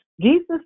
Jesus